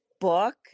book